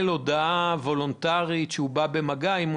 הודעה וולונטרית לגבי מגע עם חולה,